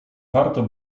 warto